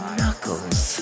Knuckles